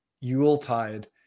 Yuletide